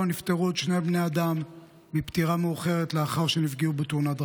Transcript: נפטרו עוד שני בני אדם פטירה מאוחרת לאחר שנפגעו בתאונות דרכים.